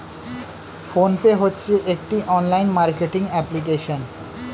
phone pay হচ্ছে একটি online marketing application